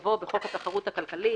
יבוא "בחוק התחרות הכלכלית,